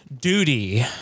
duty